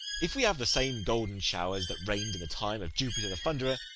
if we have the same golden showers that rained in the time of jupiter the thunderer,